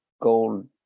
gold